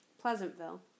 Pleasantville